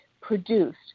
produced